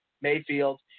Mayfield